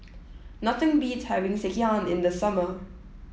nothing beats having Sekihan in the summer